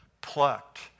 plucked